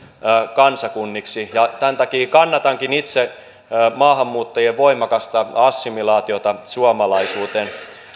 kansakunniksi ja tämän takia kannatankin itse maahanmuuttajien voimakasta assimilaatiota suomalaisuuteen